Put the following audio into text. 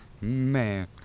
Man